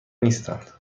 نیستند